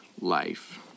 life